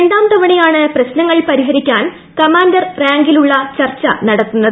രണ്ടാം തവണയാണ് പ്രശ്നങ്ങൾ പരിഹരിക്കാൻ കമാൻഡർ റാങ്കിലുള്ള ചർച്ച നടത്തുന്നത്